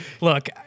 look